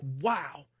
wow